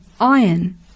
iron